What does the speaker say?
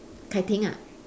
kai-ting ah